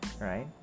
right